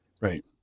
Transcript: Right